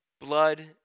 blood